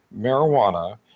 marijuana